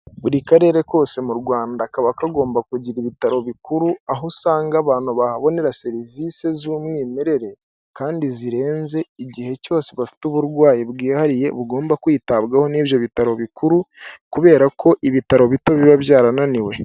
Buri karere kose mu Rwanda kaba kagomba kugira ibitaro bikuru, aho usanga abantu bahabonera serivisi z'umwimerere kandi zirenze igihe cyose bafite uburwayi bwihariye bugomba kwitabwaho n'ibyo bitaro bikuru kubera ko ibitaro bito biba byarananiwe.